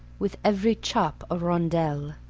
with every chop a rondel.